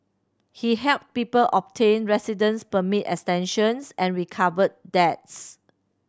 he helped people obtain residence permit extensions and recovered debts